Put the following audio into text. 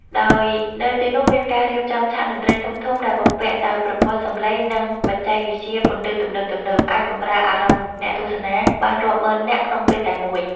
ដោយនៅទីនោះមានការរៀបចំឆាកតន្ត្រីធំៗដែលបំពាក់ដោយប្រព័ន្ធសំឡេង និងបច្ចេកវិទ្យាពន្លឺទំនើបៗ អាចបម្រើអារម្មណ៍អ្នកទស្សនាបានរាប់ម៉ឺននាក់ក្នុងពេលតែមួយ។